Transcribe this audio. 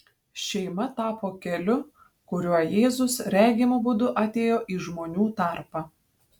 šeima tapo keliu kuriuo jėzus regimu būdu atėjo į žmonių tarpą